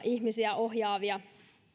ihmisiä ohjaavia